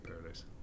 paradise